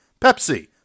Pepsi